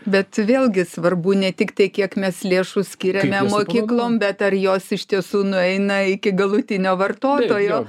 bet vėlgi svarbu ne tik tai kiek mes lėšų skiriame mokyklom bet ar jos iš tiesų nueina iki galutinio vartotojo